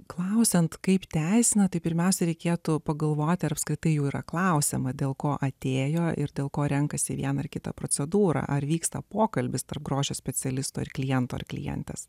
klausiant kaip teisina tai pirmiausia reikėtų pagalvoti ar apskritai jų yra klausiama dėl ko atėjo ir dėl ko renkasi vieną ar kitą procedūrą ar vyksta pokalbis tarp grožio specialisto ir kliento ar klientas